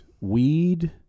weed